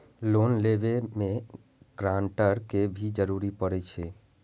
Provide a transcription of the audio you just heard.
Loan लेबे में guarantor के भी जरूरी परे छै?